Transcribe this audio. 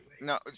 No